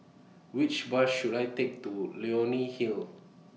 Which Bus should I Take to Leonie Hill